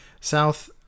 South